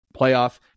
playoff